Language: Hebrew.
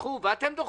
תידחו ואתם דוחים.